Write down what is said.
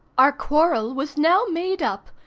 our quarrel was now made up,